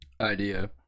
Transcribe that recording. Idea